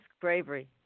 bravery